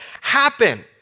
happen